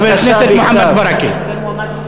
חבר הכנסת מוחמד ברכה.